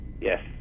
Yes